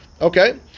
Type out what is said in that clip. Okay